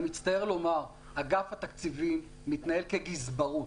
אני מצטער לומר, אגף התקציבים מתנהל כגזברות,